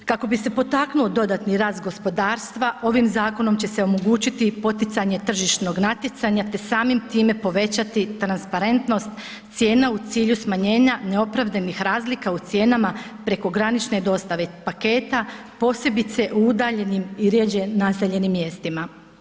Kako bi se potaknuo dodatni rast gospodarstva, ovim zakonom će se omogućiti poticanje tržišnog natjecanja, te samim time povećati transparentnost cijena u cilju smanjenja neopravdanih razlika u cijenama prekogranične dostave paketa, posebice u udaljenim i rjeđe naseljenim mjestima.